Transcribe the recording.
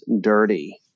dirty